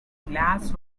glass